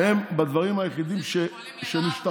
עדיף שהם לא יעבדו,